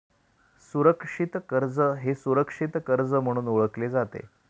सुरक्षित कर्ज हे सुरक्षित कर्ज म्हणून ओळखले जाते